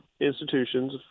institutions